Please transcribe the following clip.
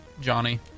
Johnny